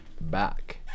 back